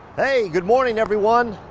hey, good morning, everyone!